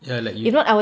ya like you